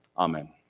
Amen